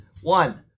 One